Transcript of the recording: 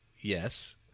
Yes